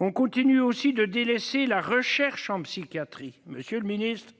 On continue aussi de délaisser la recherche en psychiatrie des mineurs. Dans le